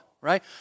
right